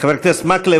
חבר הכנסת מקלב,